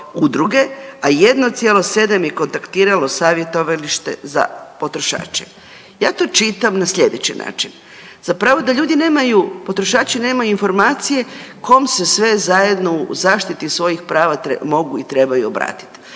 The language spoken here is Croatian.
a 1,7 je kontaktiralo savjetovalište za potrošače. Ja to čitam na slijedeći način. Zapravo da ljudi nemaju, potrošači nemaju informacije kom se sve zajedno u zaštiti svojih prava mogu i trebaju obratiti.